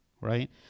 right